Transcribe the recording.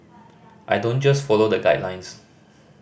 I don't just follow the guidelines